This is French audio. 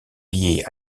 liées